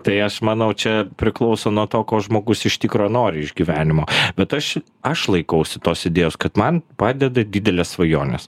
tai aš manau čia priklauso nuo to ko žmogus iš tikro nori iš gyvenimo bet aš aš laikausi tos idėjos kad man padeda didelės svajonės